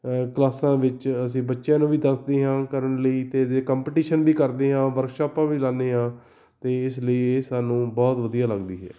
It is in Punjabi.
ਕਲਾਸਾਂ ਵਿੱਚ ਅਸੀਂ ਬੱਚਿਆਂ ਨੂੰ ਵੀ ਦੱਸਦੇ ਹਾਂ ਕਰਨ ਲਈ ਅਤੇ ਜੇ ਕੰਪਟੀਸ਼ਨ ਦੀ ਕਰਦੇ ਹਾਂ ਵਰਕਸ਼ਾਪਾਂ ਵੀ ਲਾਉਂਦੇ ਹਾਂ ਅਤੇ ਇਸ ਲਈ ਇਹ ਸਾਨੂੰ ਬਹੁਤ ਵਧੀਆ ਲੱਗਦੀ ਹੈ